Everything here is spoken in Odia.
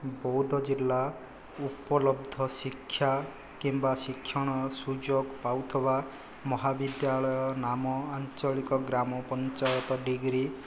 ବଉଦ ଜିଲ୍ଲା ଉପଲବ୍ଧ ଶିକ୍ଷା କିମ୍ୱା ଶିକ୍ଷଣ ସୁଯୋଗ ପାଉଥିବା ମହାବିଦ୍ୟାଳୟ ନାମ ଆଞ୍ଚଳିକ ଗ୍ରାମ ପଞ୍ଚାୟତ ଡିଗ୍ରୀ